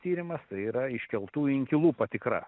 tyrimas tai yra iškeltų inkilų patikra